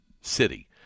city